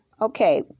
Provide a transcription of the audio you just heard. Okay